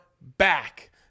back